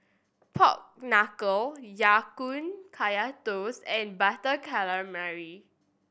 Pork Knuckle Ya Kun Kaya Toast and Butter Calamari